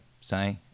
say